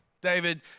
David